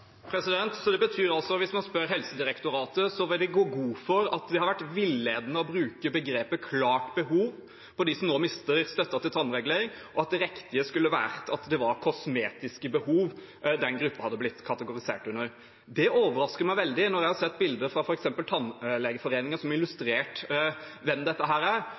Så det betyr at hvis en spør Helsedirektoratet, vil de gå god for at det har vært villedende å bruke begrepet «klart behov» på dem som nå mister støtten til tannregulering, og at det riktige hadde vært at den gruppen hadde blitt kategorisert under «kosmetiske behov»? Det overrasker meg veldig, for når jeg har sett bilder fra f.eks. Tannhelseforeningen, som har illustrert hvem dette er, er